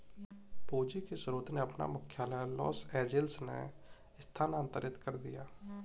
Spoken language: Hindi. पूंजी के स्रोत ने अपना मुख्यालय लॉस एंजिल्स में स्थानांतरित कर दिया